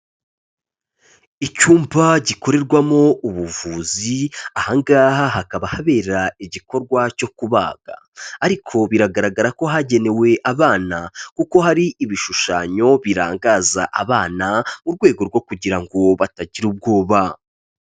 Icyumba gikorerwamo ubuvuzi, aha ngaha hakaba habera igikorwa cyo kubaga, ariko biragaragara ko hagenewe abana kuko hari ibishushanyo birangaza abana, mu rwego rwo kugira ngo batagira ubwoba.